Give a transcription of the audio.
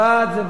בעד זה ועדה.